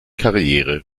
karriere